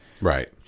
Right